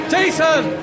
Jason